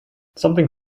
something